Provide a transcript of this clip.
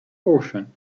ocean